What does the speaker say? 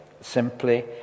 simply